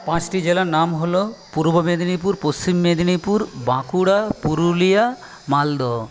পাঁচটি জেলার নাম হল পূর্ব মেদিনীপুর পশ্চিম মেদিনীপুর বাঁকুড়া পুরুলিয়া মালদহ